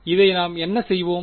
இதை நாம் என்ன செய்வோம்